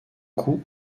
coût